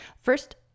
first